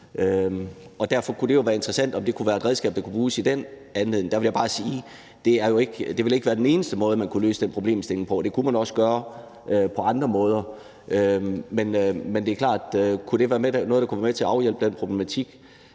derfor kunne det være interessant, om det kunne være et redskab, der kunne bruges i den sammenhæng. Der vil jeg bare sige, at det ikke ville være den eneste måde, man kunne løse den problemstilling på, det kunne man også gøre på andre måder. Men det er klart, at hvis det er noget, der kan være med til at afhjælpe den problematik,